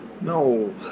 No